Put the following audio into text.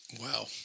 Wow